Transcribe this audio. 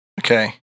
Okay